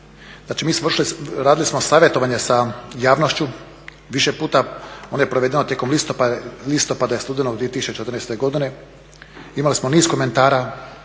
Znači, radili smo savjetovanje sa javnošću, više puta, ono je provedeno tijekom listopada i studenog 2014. godine. Imali smo niz komentara,